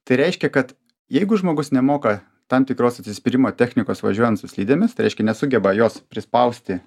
tai reiškia kad jeigu žmogus nemoka tam tikros atsispyrimo technikos važiuojant su slidėmis tai reiškia nesugeba jos prispausti